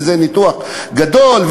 וזה ניתוח גדול.